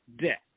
death